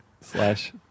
slash